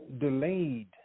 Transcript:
delayed